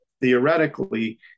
theoretically